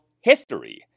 history